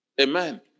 Amen